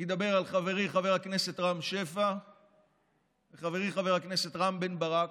אני מדבר על חברי חבר הכנסת רם שפע וחברי חבר הכנסת רם בן ברק,